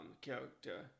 character